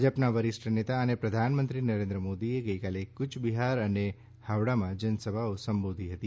ભાજપના વરિષ્ઠ નેતા અને પ્રધામંત્રી નરેન્દ્ર મોદીએ ગઇકાલે ક્રયબિહાર અને હાવડામાં જનસભાઓ સંબંધો હતી